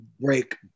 break